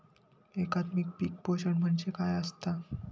एकात्मिक पीक पोषण म्हणजे काय असतां?